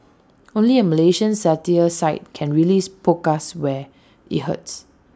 only A Malaysian satire site can really poke us where IT hurts